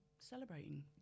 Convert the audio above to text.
celebrating